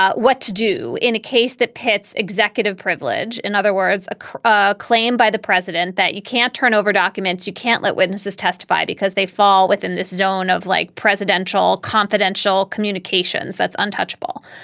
ah what to do in a case that pits executive privilege in other words ah a claim by the president that you can't turn over documents you can't let witnesses testified because they fall within this zone of like presidential confidential communications that's untouchable.